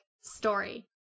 story